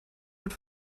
wird